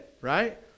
right